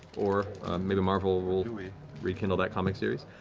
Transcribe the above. or maybe marvel will rekindle that comic series.